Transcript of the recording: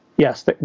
Yes